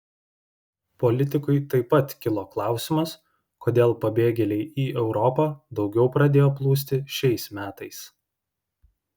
politikui taip pat kilo klausimas kodėl pabėgėliai į europą daugiau pradėjo plūsti šiais metais